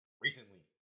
Recently